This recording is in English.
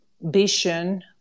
vision